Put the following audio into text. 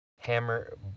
hammer